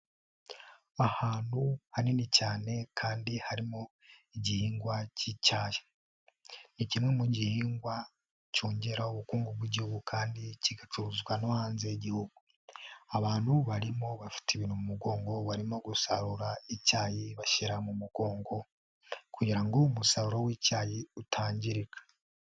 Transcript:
Ahantu hanini cyane kandi harimo igihingwa k'icyayi, ni kimwe mu gihingwa cyongera ubukungu bw'Igihugu kandi kigacuruzwa no hanze y'Igihugu, abantu barimo bafite ibintu mu mugongo barimo gusarura icyayi bashyira mu mugongo kugira ngo umusaruro w'icyayi utangirika.